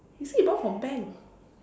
you say you borrow from bank